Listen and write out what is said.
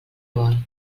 vol